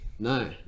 no